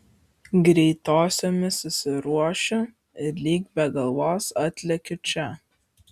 greitosiomis susiruošiu ir lyg be galvos atlekiu čia